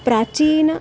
प्राचीनः